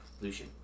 Lucian